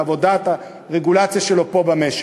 בעבודת הרגולציה שלו פה במשק,